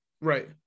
Right